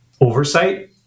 oversight